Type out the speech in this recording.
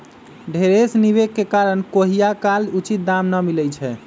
ढेरेक निवेश के कारण कहियोकाल उचित दाम न मिलइ छै